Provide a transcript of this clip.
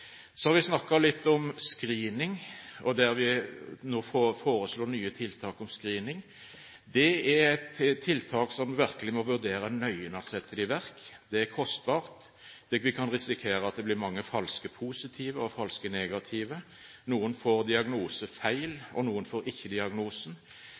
Så har vi snakket litt om screening, der vi nå foreslår nye tiltak. Det er tiltak som virkelig må vurderes nøye før de settes i verk. Det er kostbart, vi kan risikere at det blir mange falske positive og falske negative, noen får feil diagnose,